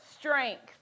Strength